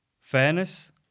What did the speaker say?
Fairness